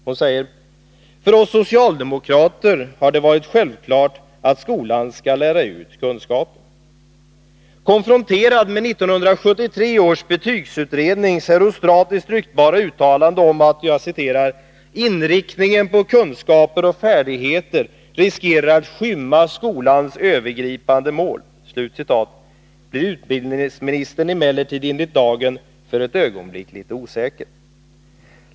Hon säger: ”För oss socialdemokrater har det varit självklart att skolan skall lära ut kunskaper.” Konfronterad med 1973 års betygsutrednings herostratiskt ryktbara uttalande om att ”inriktningen på kunskaper och färdigheter riskerar att skymma skolans övergripande mål” blir utbildningsministern emellertid enligt Dagen för ett ögonblick litet osäker.